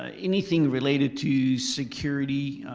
ah anything related to security,